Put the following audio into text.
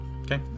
Okay